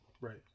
Right